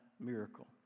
miracle